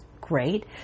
great